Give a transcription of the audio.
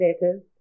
letters